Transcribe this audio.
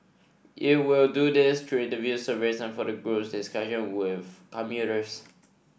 it will do this through interviews surveys and focus group discussions with commuters